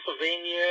Pennsylvania